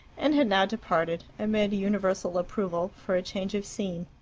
and had now departed, amid universal approval, for a change of scene.